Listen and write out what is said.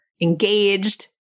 engaged